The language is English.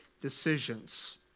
decisions